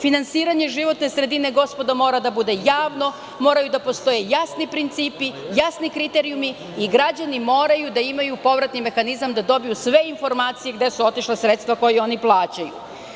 Finansiranje životne sredine, gospodo, mora da bude javno, moraju da postoje jasni principi, jasni kriterijumi i građani moraju da imaju povratni mehanizam da dobiju sve informacije gde su otišla sredstva koja oni plaćaju.